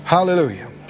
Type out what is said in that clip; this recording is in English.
Hallelujah